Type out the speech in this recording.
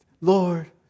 Lord